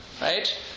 right